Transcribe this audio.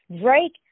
Drake